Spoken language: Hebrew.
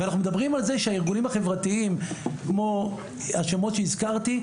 ואנחנו מדברים על זה שהארגונים החברתיים כמו השמות שהזכרתי,